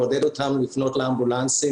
לעודד אותם לפנות לאמבולנסים,